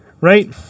right